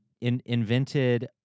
invented